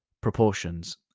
proportions